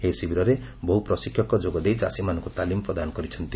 ଏହି ଶିବିରରେ ବହୁ ପ୍ରଶିକ୍ଷକ ଯୋଗଦେଇ ଚାଷୀମାନଙ୍କୁ ତାଲିମ ପ୍ରଦାନ କରିଛନ୍ତି